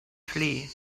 flee